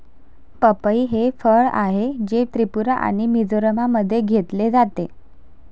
पपई हे फळ आहे, जे त्रिपुरा आणि मिझोराममध्ये घेतले जाते